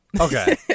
Okay